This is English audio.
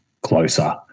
closer